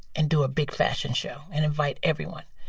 and do a big fashion show and invite everyone?